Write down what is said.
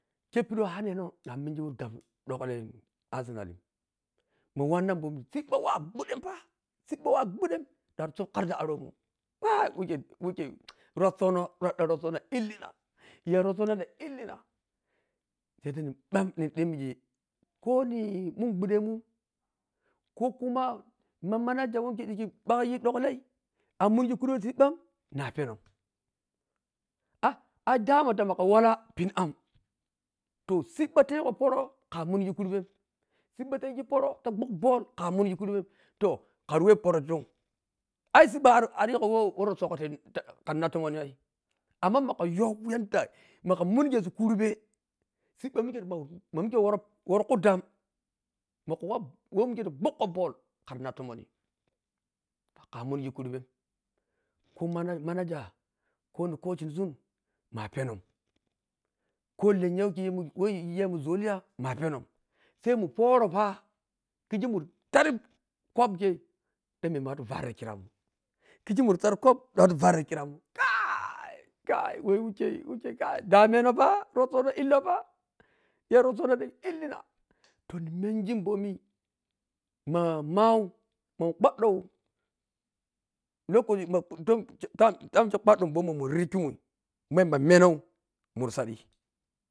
Kei pidi who hanneno na mengi war ɗammi duglen arsenal ma wannan mɓomi siɓɓa whe a guɗɗen pa siɓɓa whe a guɗɗen ɗan supkira ti arogo kai wikei, wikei rossonoo ɗai illina said ai in ɓang in ɗimmingi ko ni mingudemu ko kuma ma manager who mike ɓarri ɗugler amungi kurɓe siɓɓan na penom ah, ai dama ta maka walla pin am toh, siɓɓa tayiyo pror ka mungi kurɓen siɓa tayi poro ta ɓhug boll ka mungi kurben toh kari whe poo ti ton ai siɓɓa ari ariyrgon whe who rossogo tah kan and tomonni ci ammar magayo tah kan and toomonni cii ammar magayo yadda mmaga munyezuri kurbe siɓɓa mike toh mike ta khukoboy kkarinap tomonni ka mungi kurben ko ma penom, ko lenya kiyi mun whe yi whe yigemun zolaya ma penom, sai mu poro pa kiji mu taɗi cup kei ɗan memme watu var ti kiramun kizi mu tadi cup ɗan watu yar ti kiramun kai kai who wikei kkai dameno fa rossono i llou pa ya rossono ɗan illina toh ni mengi bomi ma mau, ma kwaɗɗou lokaci amken kwaɗɗou momi mamu ru kyuu ma yamba menou muri said.